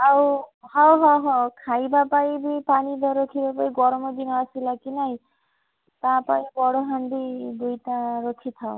ଆଉ ହଁ ହଁ ହଁ ଖାଇବାପାଇଁ ବି ପାଣି ଗରମ ଦିନ ଆସିଲା କି ନାହିଁ ତା ପାଇଁ ବଡ଼ ହାଣ୍ଡି ଦୁଇଟା ରଖିଥାଅ